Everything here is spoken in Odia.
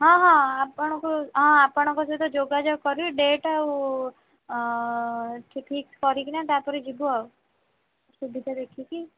ହଁ ହଁ ଆପଣଙ୍କୁ ହଁ ଆପଣଙ୍କ ସହିତ ଯୋଗାଯୋଗ କରିବି ଡେଟ୍ ଆଉ ଠିକ୍ କରିକିନା ତା'ପରେ ଯିବୁ ଆଉ ସୁବିଧା ଦେଖିକି